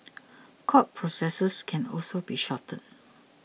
court processes can also be shortened